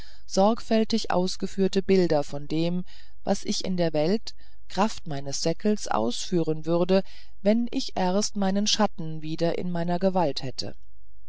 sorgfältig ausgeführte bilder von dem was ich in der welt kraft meines säckels ausführen würde wenn ich erst meinen schatten wieder in meiner gewalt hätte